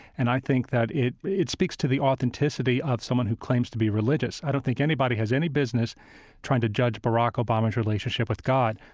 and i think that it it speaks to the authenticity of someone who claims to be religious. i don't think anybody has any business trying to judge barack obama's relationship with god,